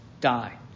die